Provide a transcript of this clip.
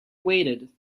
waited